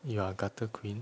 you are gutter queen